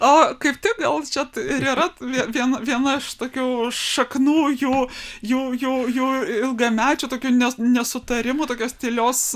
o kaip tik gal čia ir yra viena viena iš tokių šaknų jų jų jų ilgamečio tokių nesutarimų tokios tylios